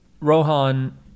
rohan